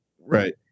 right